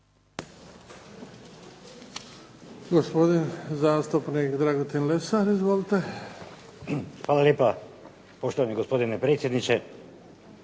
Hvala